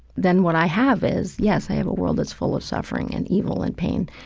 then what i have is, yes, i have a world that's full of suffering and evil and pain,